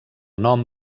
nom